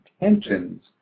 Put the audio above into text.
intentions